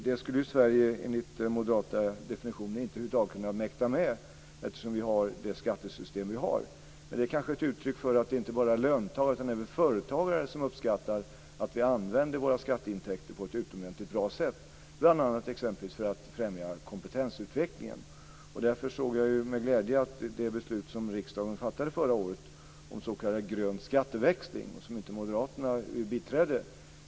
Det skulle Sverige enligt den moderata definitionen över huvud taget inte kunna mäkta med, eftersom vi har det skattesystem som vi har. Men det kanske är ett uttryck för att det inte är bara löntagare, utan även företagare, som uppskattar att vi använder våra skatteintäkter på ett utomordentligt bra sätt, bl.a. för att främja kompetensutvecklingen. Därför såg jag med glädje det beslut som riksdagen fattade förra året om s.k. grön skatteväxling som Moderaterna inte biträdde.